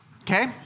Okay